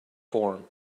form